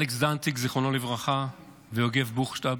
אלכס דנציג, זיכרונו לברכה, ויגב בוכשטב,